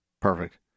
Perfect